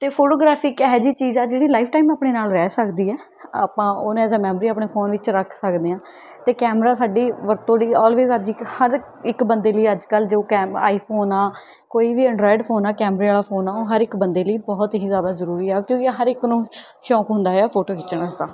ਅਤੇ ਫੋਟੋਗ੍ਰਾਫੀ ਇੱਕ ਇਹ ਜਿਹੀ ਚੀਜ਼ ਹੈ ਜਿਹੜੀ ਲਾਈਫ ਟਾਈਮ ਨੂੰ ਆਪਣੇ ਨਾਲ ਰਹਿ ਸਕਦੀ ਹੈ ਆਪਾਂ ਉਹਨੂੰ ਐਜ਼ ਆ ਮੈਮਰੀ ਆਪਣੇ ਫੋਨ ਵਿੱਚ ਰੱਖ ਸਕਦੇ ਹਾਂ ਅਤੇ ਕੈਮਰਾ ਸਾਡੀ ਵਰਤੋਂ ਦੀ ਔਲਵੇਜ ਅੱਜ ਇੱਕ ਹਰ ਇੱਕ ਬੰਦੇ ਲਈ ਅੱਜ ਕੱਲ੍ਹ ਜੋ ਕੈਮ ਆਈਫੋਨ ਆ ਕੋਈ ਵੀ ਐਂਡਰਾਇਡ ਫੋਨ ਆ ਕੈਮਰੇ ਵਾਲਾ ਫੋਨ ਆ ਉਹ ਹਰ ਇੱਕ ਬੰਦੇ ਲਈ ਬਹੁਤ ਹੀ ਜ਼ਿਆਦਾ ਜ਼ਰੂਰੀ ਆ ਕਿਉਂਕਿ ਹਰ ਇੱਕ ਨੂੰ ਸ਼ੌਕ ਹੁੰਦਾ ਹੈ ਆ ਫੋਟੋ ਖਿੱਚਣ ਦਾ